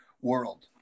world